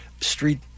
street